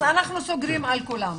אנחנו סוגרים על כולם.